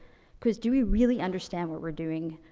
cause do we really understand what we're doing,